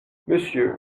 monsieur